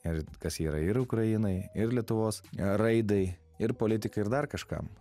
ir kas yra ir ukrainai ir lietuvos raidai ir politikai ir dar kažkam